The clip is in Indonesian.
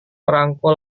perangko